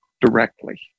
directly